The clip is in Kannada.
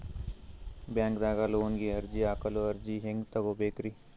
ಬ್ಯಾಂಕ್ದಾಗ ಲೋನ್ ಗೆ ಅರ್ಜಿ ಹಾಕಲು ಅರ್ಜಿ ಹೆಂಗ್ ತಗೊಬೇಕ್ರಿ?